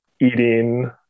eating